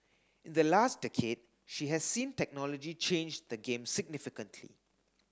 in the last decade she has seen technology change the game significantly